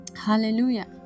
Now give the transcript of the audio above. Hallelujah